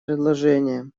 предложение